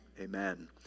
amen